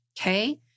okay